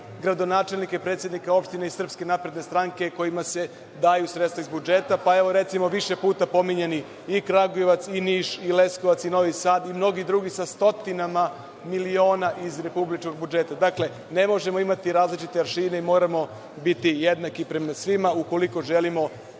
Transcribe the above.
gradonačelnika i predsednika opština iz SNS-a kojima se daju sredstva iz budžeta. Evo, recimo, više puta pominjani i Kragujevac i Niš i Leskovac i Novi Sad i mnogi drugi, sa stotinama miliona iz republičkog budžeta. Dakle, ne možemo imati različite aršine i moramo biti jednaki prema svima, ukoliko da